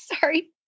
Sorry